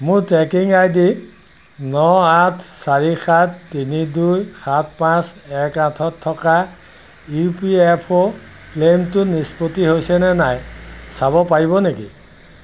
মোৰ tracking I D ন আঠ চাৰি সাত তিনি দুই সাত পাঁচ এক আঠত থকা ই পি এফ অ' ক্লেইমটো নিষ্পত্তি হৈছেনে নাই চাব পাৰিব নেকি